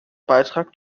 beitrag